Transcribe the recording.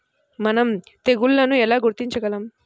మనం తెగుళ్లను ఎలా గుర్తించగలం?